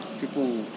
People